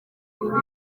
uri